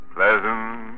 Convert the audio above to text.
Pleasant